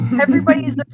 everybody's